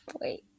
wait